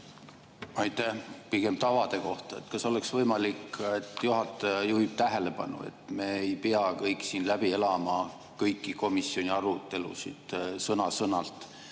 [on küsimus] tavade kohta. Kas oleks võimalik, et juhataja juhib tähelepanu, et me ei pea kõik siin läbi elama kõiki komisjoni arutelusid ja sõna-sõnalt